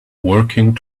working